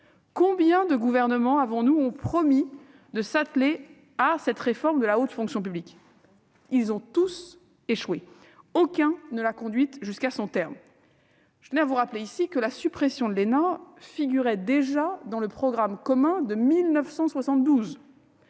Combien de gouvernements avant nous ont promis de s'atteler à cette réforme de la haute fonction publique ? Ils ont tous échoué. Aucun ne l'a conduite jusqu'à son terme. Je vous rappelle que la suppression de l'ENA figurait déjà dans le programme commun de 1972.